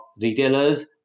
retailers